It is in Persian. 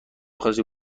خاصی